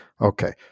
Okay